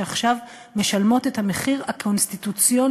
שעכשיו משלמות את המחיר הקונסטיטוציוני